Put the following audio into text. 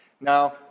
Now